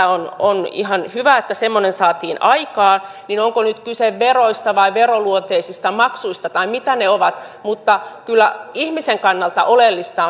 on on ihan hyvä että semmoinen saatiin aikaan niin onko nyt kyse veroista vai veroluonteisista maksuista vai mitä ne ovat mutta kyllä ihmisen kannalta oleellista